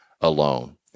alone